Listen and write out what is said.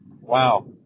Wow